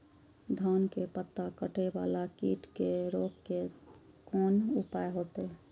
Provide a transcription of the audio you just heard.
धान के पत्ता कटे वाला कीट के रोक के कोन उपाय होते?